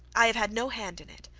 i have had no hand in it.